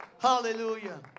Hallelujah